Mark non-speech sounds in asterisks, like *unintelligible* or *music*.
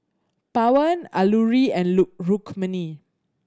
Pawan Alluri and *unintelligible* Rukmini